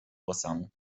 واسمون